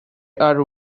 are